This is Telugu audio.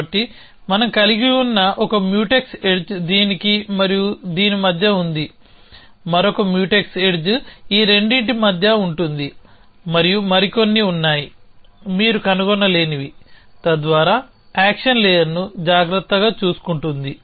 కాబట్టి మనం కలిగి ఉన్న ఒక మ్యూటెక్స్ ఎడ్జ్ దీనికి మరియు దీని మధ్య ఉంది మరొక మ్యూటెక్స్ ఎడ్జ్ ఈ రెండింటి మధ్య ఉంటుంది మరియు మరికొన్ని ఉన్నాయి మీరు కనుగొనగలిగేవి తద్వారా యాక్షన్ లేయర్ను జాగ్రత్తగా చూసుకుంటుంది